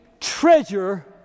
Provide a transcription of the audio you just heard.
treasure